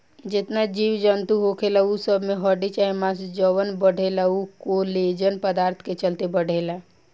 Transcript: जेतना जीव जनतू होखेला उ सब में हड्डी चाहे मांस जवन बढ़ेला उ कोलेजन पदार्थ के चलते बढ़ेला